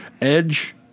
Edge